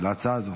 להצעה הזו?